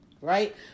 right